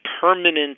permanent